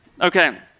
Okay